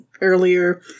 earlier